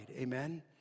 amen